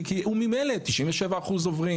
כי הוא ממילא 97% עוברים.